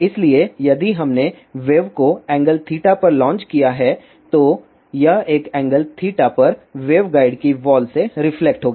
इसलिए यदि हमने वेव को एंगल पर लॉन्च किया है तो यह एक एंगल पर वेवगाइड की वॉल से रिफ्लेक्ट होगी